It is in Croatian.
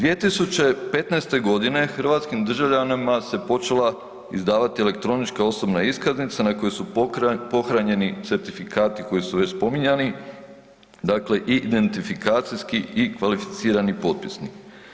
2015. godine hrvatskim državljanima se počela izdavati elektronička osobna iskaznica na kojoj su pohranjeni certifikati koji su već spominjani, dakle i identifikaciji i kvalificirani potpisnik.